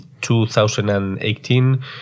2018